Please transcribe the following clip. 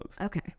Okay